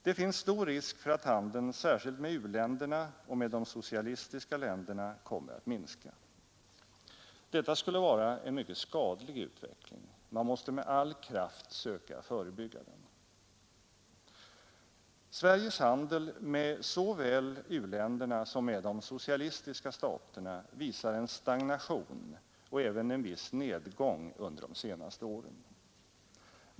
Det finns stor risk för att handeln särskilt med u-länderna och med de socialistiska länderna kommer att minska. Detta skulle vara en mycket skadlig utveckling. Man måste med all kraft söka förebygga den. Sveriges handel såväl med u-länderna som med de socialistiska staterna visar en stagnation och även en viss nedgång under de senaste åren.